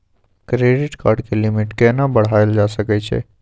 Credit card के limit केना बढायल जा सकै छै?